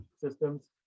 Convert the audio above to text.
systems